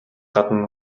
гадна